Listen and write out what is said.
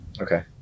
okay